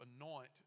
anoint